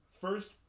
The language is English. First